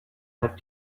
have